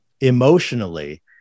emotionally